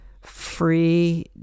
free